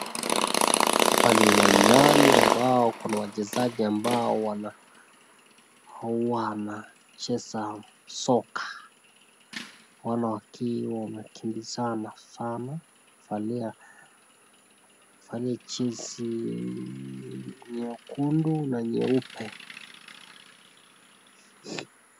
Hapa ni uwanjani ambao Kuna wachezaji ambao wanacheza soka. Naona wakiwa wanakimbizana sana. Wamevalia jezi nyekundu na nyeupe